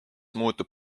muutub